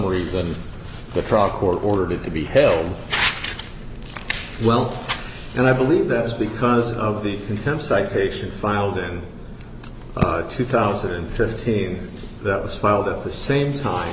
reason the trial court ordered it to be held well and i believe that's because of the contempt citation filed in two thousand and fifteen that was filed at the same time